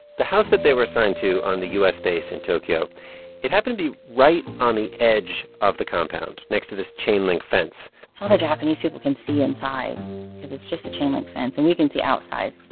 the house that they were assigned to on the u s. base in tokyo it happened to be right on the edge of the compound next to this chain-link fence so the japanese people can see inside cause it's just a chain-link fence, and we can see outside